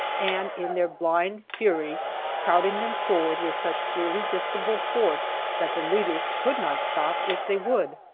and in their blind fury crowding them forward with such irresistible force that the leaders could not stop if they would.